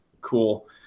cool